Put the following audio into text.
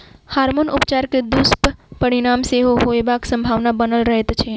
hormone उपचार के दुष्परिणाम सेहो होयबाक संभावना बनल रहैत छै